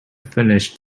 finish